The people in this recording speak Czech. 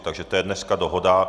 Takže to je dneska dohoda.